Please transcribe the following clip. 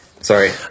Sorry